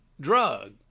drug